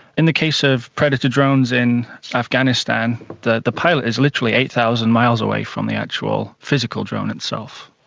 in the case of predator drones in afghanistan, the the pilot is literally eight thousand miles away from the actual physical drone itself.